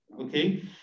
okay